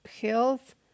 health